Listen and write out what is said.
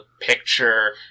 picture